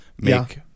make